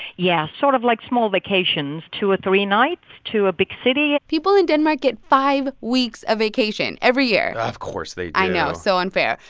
yeah, sort of like small vacations, two or three nights to a big city people in denmark get five weeks of vacation every year of course they do i know so unfair.